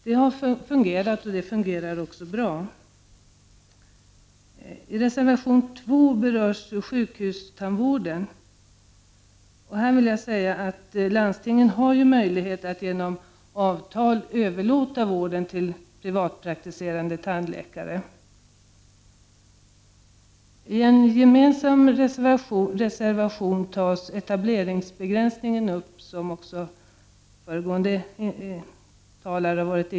Det har fungerat och fungerar bra. Reservation 2 berör sjukhustandvården. Här vill jag säga att landstingen har möjlighet att genom avtal överlåta vården till privatpraktiserande tandläkare. I en gemensam borgerlig motion tas etableringsbegränsningen upp.